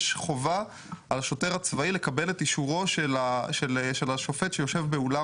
יש חובה על השוטר הצבאי לקבל את אישורו של השופט שיושב באולם